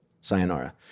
sayonara